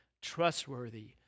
trustworthy